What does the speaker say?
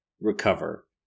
recover